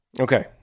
Okay